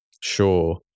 sure